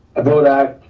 i vote aye.